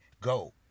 go